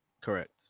Correct